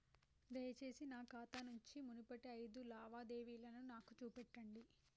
దయచేసి నా ఖాతా నుంచి మునుపటి ఐదు లావాదేవీలను నాకు చూపెట్టండి